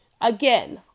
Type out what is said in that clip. again